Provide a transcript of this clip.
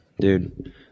dude